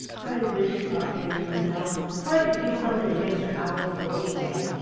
i wish, thought teddy to himself, that i could do something to make the owls go away.